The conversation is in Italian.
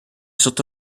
sotto